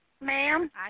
Ma'am